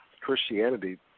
Christianity